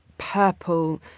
purple